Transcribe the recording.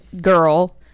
girl